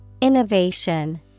innovation